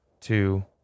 two